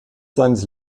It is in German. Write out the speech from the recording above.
seines